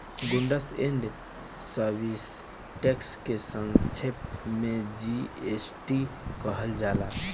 goods and service tax के संक्षेप में जी.एस.टी कहल जाला